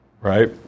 Right